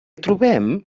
trobem